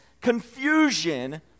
confusion